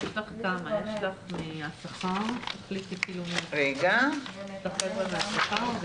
איך אתה מרגיש אחרי הדיון ומה אתה חושב על זה?